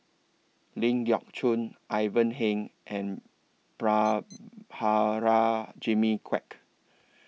Ling Geok Choon Ivan Heng and Prabhakara Jimmy Quek